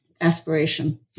aspiration